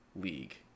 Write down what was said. League